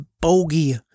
bogey